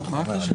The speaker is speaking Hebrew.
מה הקשר?